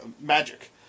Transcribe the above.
magic